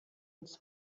uns